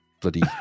bloody